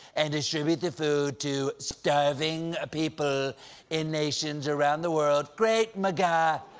and distribute the food to starving ah people in nations around the world! great! maga!